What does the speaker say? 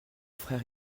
frère